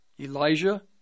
Elijah